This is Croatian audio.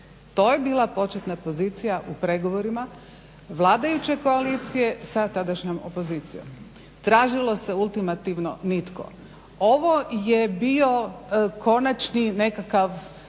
To je bila početna pozicija vladajuće koalicije sa tadašnjom opozicijom. Tražilo se ultimativno nitko. Ovo je bio konačni nekakav